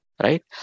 Right